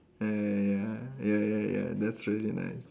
ya ya ya ya ya ya that's really nice